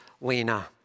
Lena